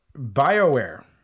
Bioware